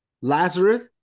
Lazarus